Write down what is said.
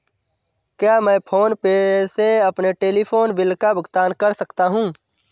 क्या मैं PhonePe से अपने टेलीफोन बिल का भुगतान कर सकता हूँ?